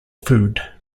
food